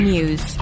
News